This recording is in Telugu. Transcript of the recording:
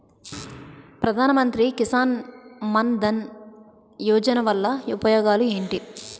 ప్రధాన మంత్రి కిసాన్ మన్ ధన్ యోజన వల్ల ఉపయోగాలు ఏంటి?